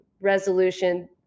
resolution